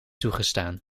toegestaan